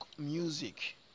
Music